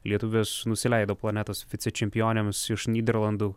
lietuvės nusileido planetos vicečempionėms iš nyderlandų